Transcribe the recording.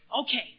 Okay